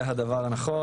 זה הדבר הנכון.